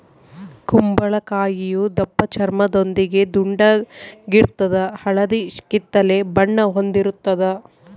ಕುಂಬಳಕಾಯಿಯು ದಪ್ಪಚರ್ಮದೊಂದಿಗೆ ದುಂಡಾಗಿರ್ತದ ಹಳದಿ ಕಿತ್ತಳೆ ಬಣ್ಣ ಹೊಂದಿರುತದ